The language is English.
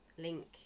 Link